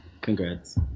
Congrats